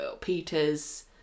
Peter's